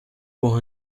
pour